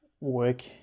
work